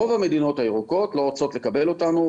רוב המדינות הירוקות לא רוצות לקבל אותנו,